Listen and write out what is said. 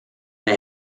they